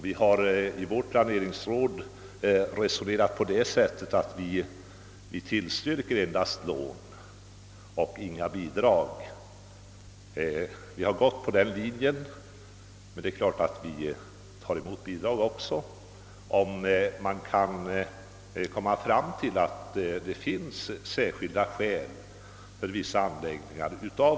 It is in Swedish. Vi har i vårt planeringsråd resonerat så, att vi i regel endast skall tillstyrka lån och inte bidrag, låt vara att vi också kan ge bidrag om det finns särskilda skäl.